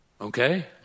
okay